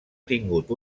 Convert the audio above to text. tingut